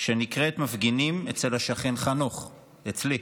שנקראת "מפגינים אצל השכן חנוך" אצלי,